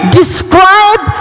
describe